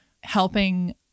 helping